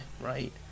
right